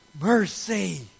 mercy